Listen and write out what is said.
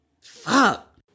Fuck